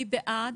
מי בעד?